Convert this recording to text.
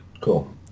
Cool